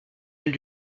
elle